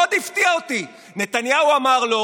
מאוד הפתיע אותי, נתניהו אמר לו: